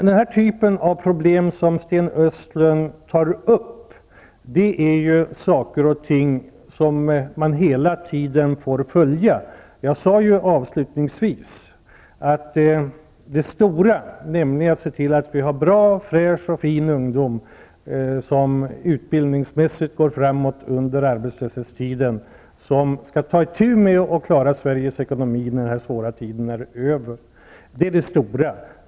Den typ av problem som Sten Östlund tar upp gäller sådant som man hela tiden får följa upp. Jag vill upprepa vad jag sade avslutningsvis i mitt anförande, nämligen att det viktiga är att se till att vi har bra, fräscha och fina ungdomar som utbildningsmässigt går framåt under arbetslöshetstiden och som sedan skall ta itu med att klara Sveriges ekonomi när den svåra tiden är över. Detta är det viktiga.